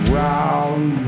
round